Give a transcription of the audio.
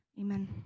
amen